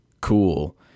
cool